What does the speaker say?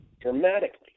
dramatically